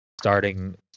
starting